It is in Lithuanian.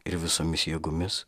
ir visomis jėgomis